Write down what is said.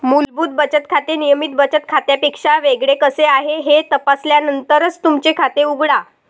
मूलभूत बचत खाते नियमित बचत खात्यापेक्षा वेगळे कसे आहे हे तपासल्यानंतरच तुमचे खाते उघडा